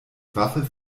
waffe